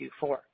Q4